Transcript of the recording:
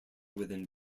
within